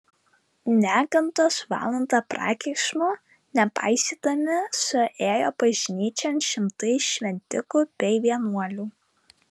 negandos valandą prakeiksmo nepaisydami suėjo bažnyčion šimtai šventikų bei vienuolių